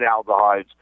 aldehydes